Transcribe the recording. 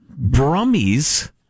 Brummies